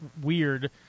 weird